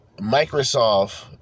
Microsoft